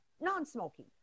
non-smoking